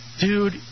dude